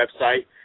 website